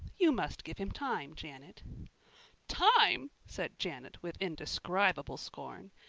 you must give him time, janet time! said janet with indescribable scorn.